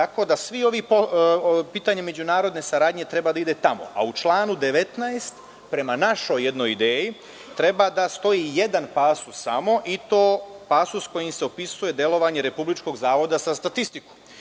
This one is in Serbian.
tako da pitanje međunarodne saradnje treba da ide tamo, a u članu 19, prema jednoj našoj ideji, treba da stoji samo jedan pasus i to pasus kojim se opisuje delovanje Republičkog zavoda za statistiku.